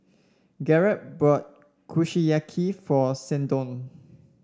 Garret bought Kushiyaki for Seldon